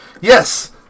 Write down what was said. Yes